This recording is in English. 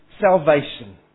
salvation